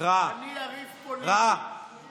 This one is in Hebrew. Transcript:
אני יריב פוליטי.